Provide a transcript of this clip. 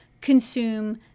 consume